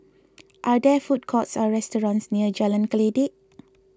are there food courts or restaurants near Jalan Kledek